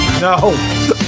No